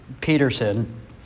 Peterson